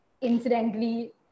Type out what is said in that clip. incidentally